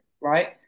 right